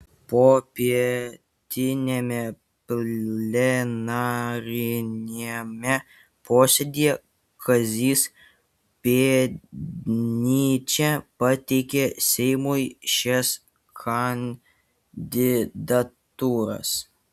popietiniame plenariniame posėdyje kazys pėdnyčia pateikė seimui šias kandidatūras